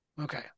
Okay